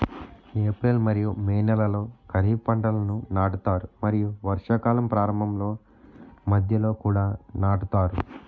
April మరియు May నెలలో ఖరీఫ్ పంటలను నాటుతారు మరియు వర్షాకాలం ప్రారంభంలో మధ్యలో కూడా నాటుతారు